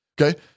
Okay